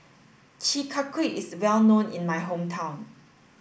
Chi Kak Kuih is well known in my hometown